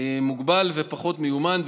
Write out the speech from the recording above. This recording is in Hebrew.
מוגבל ופחות מיומן,